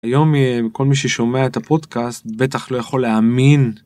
היום אם כל מי ששומע את הפודקאסט, בטח לא יכול להאמין.